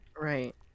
Right